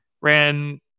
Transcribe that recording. ran